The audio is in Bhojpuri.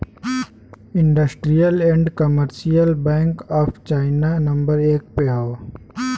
industrial and commercial bank of China number एक पे हौ